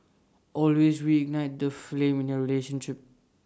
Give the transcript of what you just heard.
always reignite the flame in your relationship